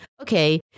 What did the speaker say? okay